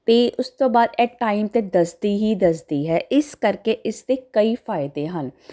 ਅਤੇ ਉਸ ਤੋਂ ਬਾਅਦ ਇਹ ਟਾਈਮ ਤਾਂ ਦੱਸਦੀ ਹੀ ਦੱਸਦੀ ਹੈ ਇਸ ਕਰਕੇ ਇਸ ਦੇ ਕਈ ਫਾਇਦੇ ਹਨ